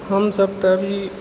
हमसभ तऽ अभी